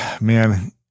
Man